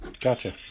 Gotcha